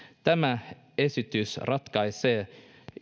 tämä esitys ratkaisee